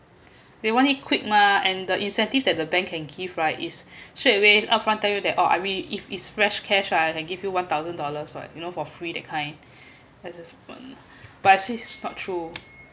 they want it quick mah and the incentive that the bank can give right is straight away upfront tell you that oh I mean if if it's fresh cash right I can give you one thousand dollars for it you know for free that kind as if one but actually not true